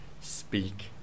speak